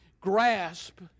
grasp